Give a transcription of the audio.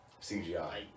CGI